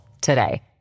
today